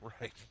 Right